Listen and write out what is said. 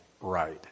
right